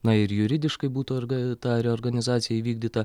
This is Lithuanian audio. na ir juridiškai būtų orga ta reorganizacija įvykdyta